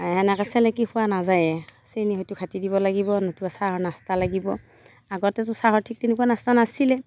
তেনেকে চেলেকি খোৱা নাযায়েই চেনী হয়তো ঘাটি দিব লাগিব নতুবা চাহৰ নাস্তা লাগিব আগতেতো চাহৰ ঠিক তেনেকুৱা নাস্তা নাছিল